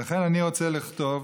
ולכן, אני רוצה לכתוב,